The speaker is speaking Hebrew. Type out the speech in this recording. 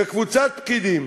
וקבוצת פקידים,